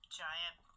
giant